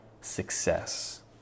success